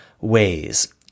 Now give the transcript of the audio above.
ways